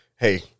hey